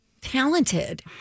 talented